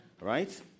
right